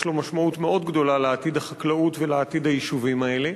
יש לו משמעות מאוד גדולה לעתיד החקלאות ולעתיד היישובים האלה.